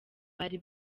bari